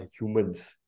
humans